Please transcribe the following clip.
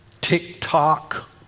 TikTok